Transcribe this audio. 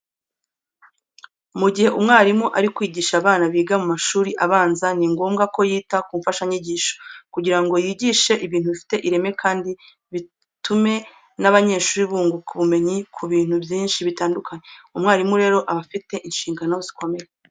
Mu gihe umwarimu ari kwigisha abana biga mu mashuri abanza, ni ngombwa ko yita ku mfashanyigisho, kugira ngo yigishe ibintu bifite ireme kandi bitume n'abanyeshuri bunguka ubumenyi ku bintu byinshi bitandukanye. Umwarimu rero aba afite inshingano zikomeye.